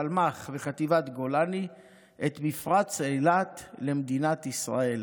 פלמ"ח וחטיבת גולני את מפרץ אילת למדינת ישראל.